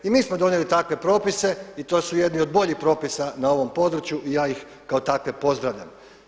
I mi smo donijeli takve propise i to su jedni od boljih propisa na ovom području i ja ih kao takve pozdravljam.